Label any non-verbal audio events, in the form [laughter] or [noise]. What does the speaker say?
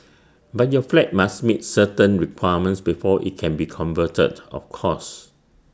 [noise] but your flat must meet certain requirements before IT can be converted of course